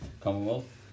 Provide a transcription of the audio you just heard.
Commonwealth